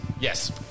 Yes